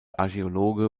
archäologe